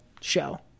show